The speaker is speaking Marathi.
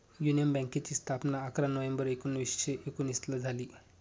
युनियन बँकेची स्थापना अकरा नोव्हेंबर एकोणीसशे एकोनिसला झाली